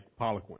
Poliquin